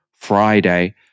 Friday